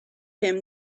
him